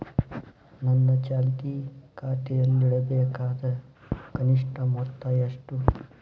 ನನ್ನ ಚಾಲ್ತಿ ಖಾತೆಯಲ್ಲಿಡಬೇಕಾದ ಕನಿಷ್ಟ ಮೊತ್ತ ಎಷ್ಟು?